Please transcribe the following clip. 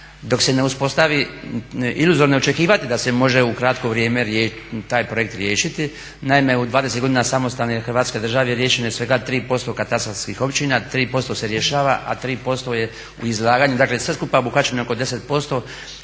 Dok se ne uspostavi, iluzorno je očekivati da se može u kratko vrijeme taj projekt riješiti. Naime u 20 godina samostalne Hrvatske države riješeno je svega 3% katastarskih općina, 3% se rješava, a 3% je u izlaganju. Dakle, sve skupa obuhvaćeno je oko 10%,